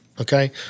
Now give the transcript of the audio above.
okay